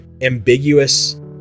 ambiguous